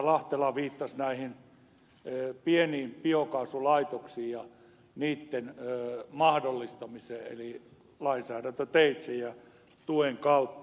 lahtela viittasi nainen löi pienin biokaasulaitoksia oli pieniin biokaasulaitoksiin ja niitten mahdollistamiseen eli lainsäädäntöteitse ja tuen kautta